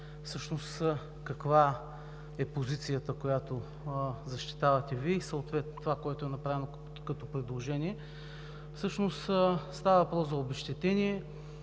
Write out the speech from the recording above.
всъщност каква е позицията, която защитавате Вие, и съответно това, което е направено като предложение. Всъщност става въпрос за обезщетение.